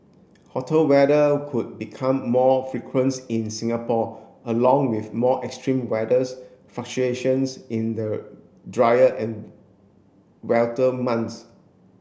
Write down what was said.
hotter weather could become more frequence in Singapore along with more extreme weathers fluctuations in the drier and months